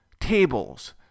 tables